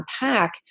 unpack